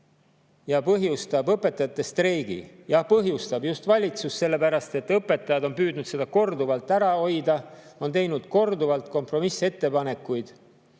ja põhjustanud õpetajate streigi. Põhjustajaks on just valitsus, sellepärast et õpetajad on püüdnud seda korduvalt ära hoida, on teinud korduvalt kompromissettepanekuid.